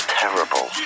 terrible